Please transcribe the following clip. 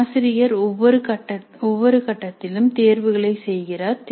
ஆசிரியர் ஒவ்வொரு கட்டத்திலும் தேர்வுகளை செய்கிறார்